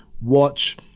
watch